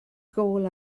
gôl